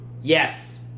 Yes